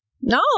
No